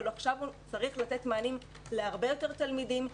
עכשיו צריך לתת מענים להרבה יותר תלמידם,